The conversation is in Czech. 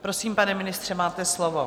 Prosím, pane ministře, máte slovo.